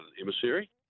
Emissary